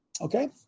Okay